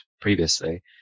previously